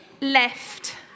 left